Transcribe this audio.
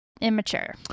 immature